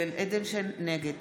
נגד